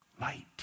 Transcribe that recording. light